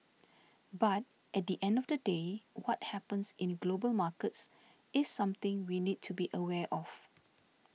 but at the end of the day what happens in global markets is something we need to be aware of